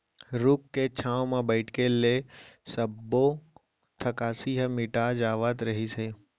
रूख के छांव म बइठे ले सब्बो थकासी ह मिटा जावत रहिस हे